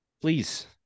please